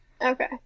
Okay